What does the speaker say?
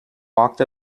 walked